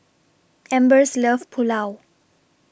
Ambers loves Pulao